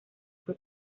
fue